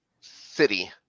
city